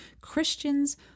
Christians